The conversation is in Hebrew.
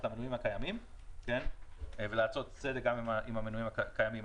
למנויים הקיימים ולעשות צדק עם המנויים הקיימים,